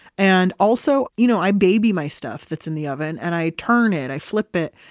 and also you know i baby my stuff that's in the oven and i turn it, i flip it,